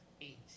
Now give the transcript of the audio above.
Eight